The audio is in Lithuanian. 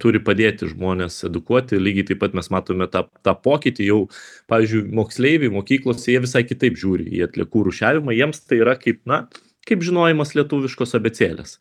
turi padėti žmones edukuoti lygiai taip pat mes matome tą tą pokytį jau pavyzdžiui moksleiviai mokyklose jie visai kitaip žiūri į atliekų rūšiavimą jiems tai yra kaip na kaip žinojimas lietuviškos abėcėlės